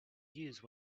use